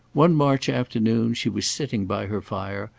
one march afternoon she was sitting by her fire,